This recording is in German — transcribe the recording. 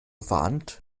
warnt